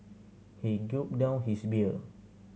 he gulped down his beer